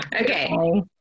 Okay